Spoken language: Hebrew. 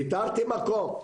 איתרתי מקום,